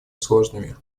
сложными